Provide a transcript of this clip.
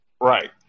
Right